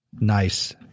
Nice